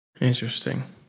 Interesting